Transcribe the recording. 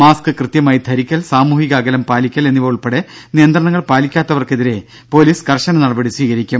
mask കൃത്യമായി ധരിക്കൽ സാമൂഹിക അകലം പാലിക്കൽ എന്നിവ ഉൾപ്പെടെ നിയന്ത്രണങ്ങൾ പാലിക്കാത്തവർക്കെതിരെ പൊലീസ് കർശന നടപടി സ്വീകരിക്കും